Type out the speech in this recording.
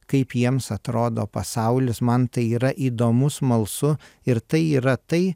kaip jiems atrodo pasaulis man tai yra įdomu smalsu ir tai yra tai